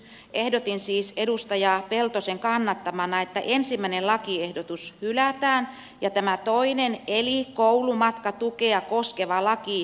ehdotin siis edustaja peltosen kannattamana että ensimmäinen lakiehdotus hylätään ja tämä toinen eli koulumatkatukea koskeva laki hyväksytään